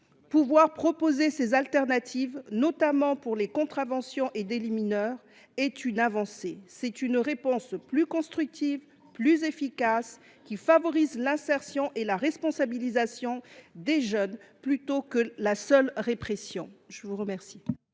des peines alternatives, notamment pour les contraventions et les délits mineurs, constitue une avancée. C’est une réponse plus constructive et plus efficace, qui favorise l’insertion et la responsabilisation des jeunes plutôt que la seule répression. Quel